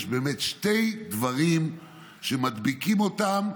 יש באמת שני דברים שמדביקים אותה,